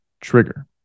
trigger